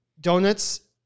Donuts